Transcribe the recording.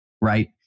right